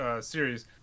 series